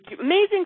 amazing